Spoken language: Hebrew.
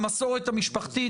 המסורת המשפחתית.